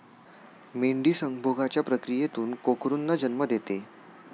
मेंढी संभोगाच्या प्रक्रियेतून कोकरूंना जन्म देते